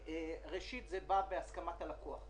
ראשית, זה בא בהסכמת הלקוח.